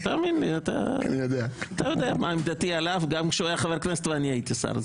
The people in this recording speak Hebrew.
אתה יודע מה עמדתי עליו גם כשהוא היה חבר כנסת ואני הייתי שר,